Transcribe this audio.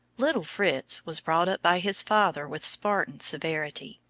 little fritz was brought up by his father with spartan severity.